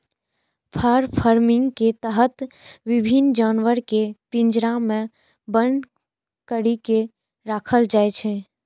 फर farming के तहत विभिन्न जानवर कें पिंजरा मे बन्न करि के राखल जाइ छै